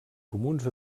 comuns